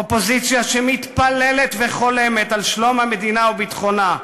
אופוזיציה שמתפללת וחולמת על שלום המדינה וביטחונה,